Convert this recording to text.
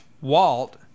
Walt